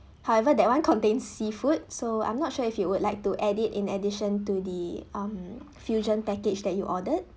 however that one contains seafood so I'm not sure if you would like to add it in addition to the um fusion package that you ordered